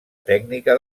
tècnica